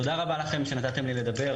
תודה רבה לכם שנתתם לי לדבר.